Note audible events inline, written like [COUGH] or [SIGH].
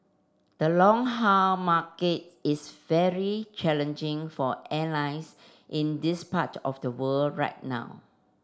the long [UNINTELLIGIBLE] market is very challenging for airlines in this part of the world right now